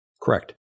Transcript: Correct